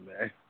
man